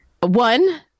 One